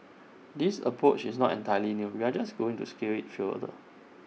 this approach is not entirely new we are just going to scale IT further